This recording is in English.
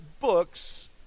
books